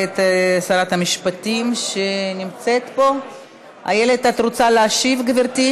חושב שזו באמת בשורה אמיתית לכל מי שעוסק בספורט עממי.